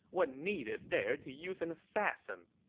what need is there to use an assassin?